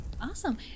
Awesome